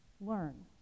learn